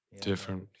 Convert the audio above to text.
Different